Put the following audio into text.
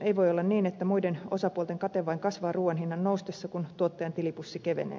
ei voi olla niin että muiden osapuolten kate vain kasvaa ruuan hinnan noustessa kun tuottajan tilipussi kevenee